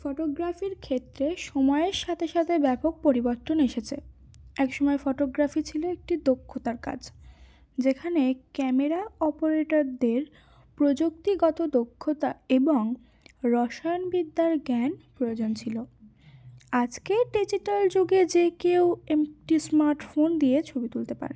ফটোগ্রাফির ক্ষেত্রে সময়ের সাথে সাথে ব্যাপক পরিবর্তন এসেছে এক সময় ফটোগ্রাফি ছিল একটি দক্ষতার কাজ যেখানে ক্যামেরা অপারেটরদের প্রযুক্তিগত দক্ষতা এবং রসায়নবিদ্যার জ্ঞান প্রয়োজন ছিল আজকের ডিজিটাল যুগে যে কেউ একটি স্মার্টফোন দিয়ে ছবি তুলতে পারে